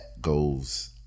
goes